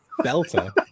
Belter